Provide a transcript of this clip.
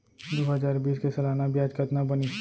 दू हजार बीस के सालाना ब्याज कतना बनिस?